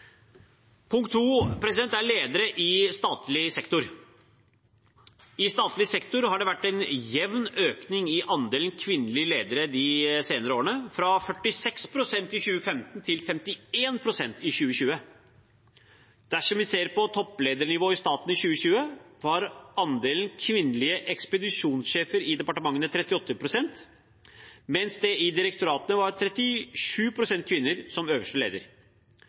er ledere i statlig sektor. I statlig sektor har det vært en jevn økning i andelen kvinnelige ledere de senere årene, fra 46 pst. i 2015 til 51 pst. i 2020. Dersom vi ser på toppledernivået i staten i 2020, var andelen kvinnelige ekspedisjonssjefer i departementene 38 pst., mens det i direktoratene var 37 pst. kvinner som øverste leder.